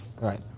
Right